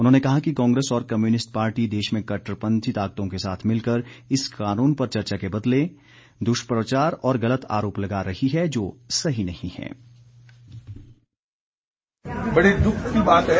उन्होंने कहा कि कांग्रेस और कम्यूनिस्ट पार्टी देश में कटरपंथी ताकतों के साथ मिलकर इस कानून पर चर्चा के बदले में दुष्प्रचार और गलत आरोप लगा रही है जो सही नहीं है